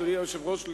אדוני היושב-ראש,